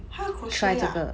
他会 crochet ah